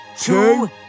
two